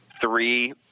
three